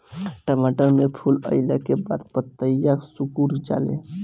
टमाटर में फूल अईला के बाद पतईया सुकुर जाले?